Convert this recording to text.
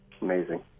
Amazing